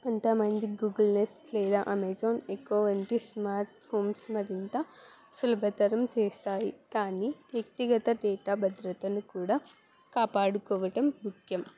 అంత మంది Google Nest లేదా అమెజాన్ ఎకో వంటి స్మార్ట్ ఫోన్స్ మరింత సులభతరం చేస్తాయి కానీ వ్యక్తిగత డేటా భద్రతను కూడా కాపాడుకోవటం ముఖ్యం